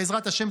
בעזרת השם,